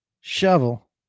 shovel